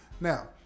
Now